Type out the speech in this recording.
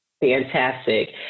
Fantastic